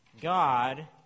God